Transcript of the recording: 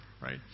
right